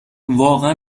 واقعا